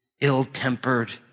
ill-tempered